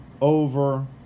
over